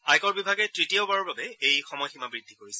আয়কৰ বিভাগে তৃতীয়বাৰৰ বাবে এই সময়সীমা বৃদ্ধি কৰিছে